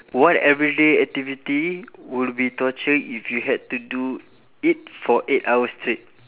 what everyday activity would be torture if you have to do it for eight hours straight